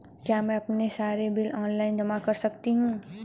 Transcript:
क्या मैं अपने सारे बिल ऑनलाइन जमा कर सकती हूँ?